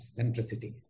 centricity